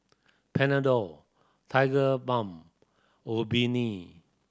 Panadol Tigerbalm Obimin